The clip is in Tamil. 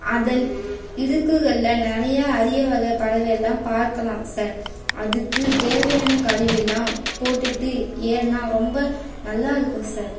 அதன் இடுக்குகள்ல நிறைய அரிய வகை பறவை எல்லாம் பார்க்கலாம் சார் அதுக்கு தேவையான கருவிலாம் போட்டுகிட்டு ஏறினா ரொம்ப நல்லா இருக்கும் சார்